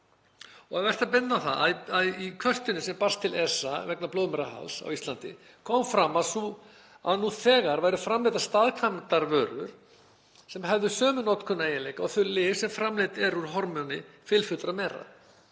Er vert að benda á að í kvörtuninni sem barst til ESA vegna blóðmerahalds á Íslandi kom fram að nú þegar væru framleiddar staðkvæmdarvörur sem hefðu sömu notkunareiginleika og þau lyf sem framleidd eru úr hormóni fylfullra mera.